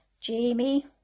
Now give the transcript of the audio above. Jamie